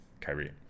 Kyrie